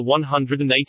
180